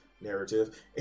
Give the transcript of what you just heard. narrative